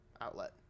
outlet